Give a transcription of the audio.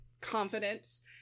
confidence